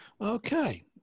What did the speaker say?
Okay